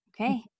Okay